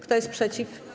Kto jest przeciw?